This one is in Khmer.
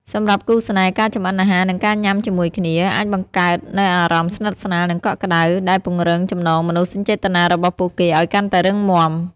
សម្រាប់គូស្នេហ៍ ការចម្អិនអាហារ និងការញ៉ាំជាមួយគ្នា អាចបង្កើតនូវអារម្មណ៍ស្និទ្ធស្នាល និងកក់ក្តៅ ដែលពង្រឹងចំណងមនោសញ្ចេតនារបស់ពួកគេឱ្យកាន់តែរឹងមាំ។